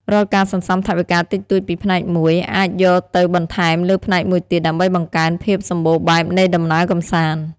រាល់ការសន្សំថវិកាតិចតួចពីផ្នែកមួយ អាចយកទៅបន្ថែមលើផ្នែកមួយទៀតដើម្បីបង្កើនភាពសំបូរបែបនៃដំណើរកម្សាន្ត។